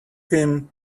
him